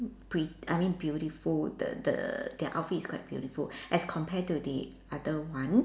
pret~ I mean beautiful the the their outfit is quite beautiful as compared to the other one